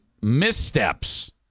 missteps